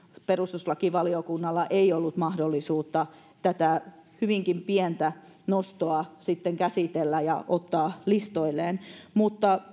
perustuslakivaliokunnalla ei ollut mahdollisuutta tätä hyvinkin pientä nostoa sitten käsitellä ja ottaa listoilleen mutta